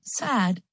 sad